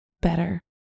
better